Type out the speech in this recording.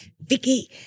Vicky